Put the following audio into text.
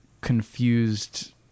confused